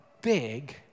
big